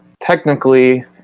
technically